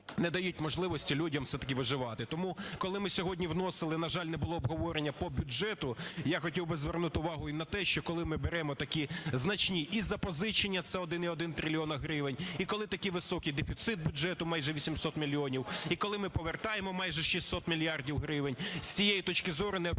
не дають можливості людям все-таки виживати. Тому, коли ми сьогодні вносили, на жаль, не було обговорення по бюджету, я хотів би звернути увагу і на те, що коли ми беремо такі значні і запозичення – це 1,1 трильйона гривень, і коли такий високий дефіцит бюджету – майже 800 мільйонів, і коли ми повертаємо – майже 600 мільярдів гривень, з цієї точки зору необхідно